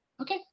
Okay